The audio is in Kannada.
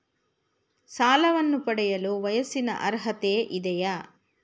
ಸಾಲವನ್ನು ಪಡೆಯಲು ವಯಸ್ಸಿನ ಅರ್ಹತೆ ಇದೆಯಾ?